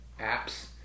apps